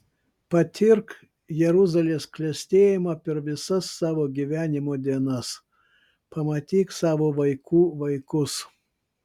patirk jeruzalės klestėjimą per visas savo gyvenimo dienas pamatyk savo vaikų vaikus